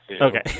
Okay